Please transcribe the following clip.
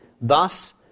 Thus